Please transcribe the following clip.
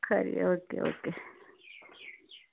खरी okay okay